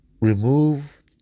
Remove